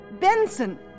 Benson